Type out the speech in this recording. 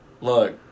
look